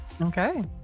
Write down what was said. Okay